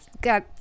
got